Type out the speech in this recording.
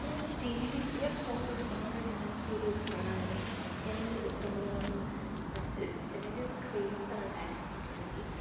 ഞാൻ ടി വിയിൽ ഞാൻ ഫോണിൽ ഒരുപാട് ഡാൻസ് വീഡിയോസ് കാണാറുണ്ട് ഞാൻ ഒരു എട്ട് ഒൻപത് കൊല്ലം ഡാൻസ് പഠിച്ച ഒരു വ്യക്തിയാണ് എൻ്റെ ഒരു ക്രേയ്സ് ആണ് ഡാൻസ്ന് പറഞ്ഞിട്ടുണ്ടെങ്കി